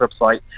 website